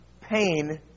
pain